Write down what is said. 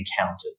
encountered